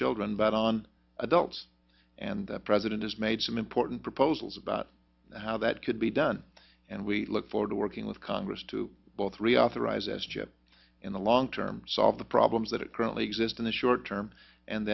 children but on adults and the president has made some important proposals about how that could be done and we look forward to working with congress to both reauthorize s chip in the long term solve the problems that it currently exist in the short term and